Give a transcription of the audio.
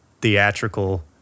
theatrical